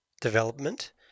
development